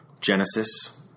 Genesis